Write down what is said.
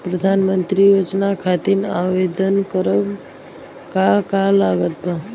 प्रधानमंत्री योजना खातिर आवेदन करम का का लागत बा?